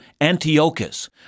Antiochus